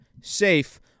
safe